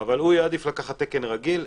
אבל הוא יעדיף לקחת תקן רגיל.